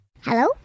Hello